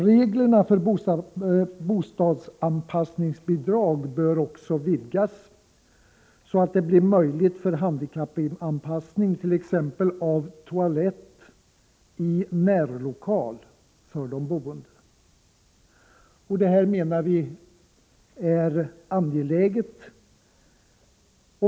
Reglerna för bostadsanpassningsbidrag bör också vidgas, så att det blir möjligt att erhålla bidrag för handikappanpassning av t.ex. toalett i närlokal för de boende. Detta menar vi är angeläget.